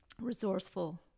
resourceful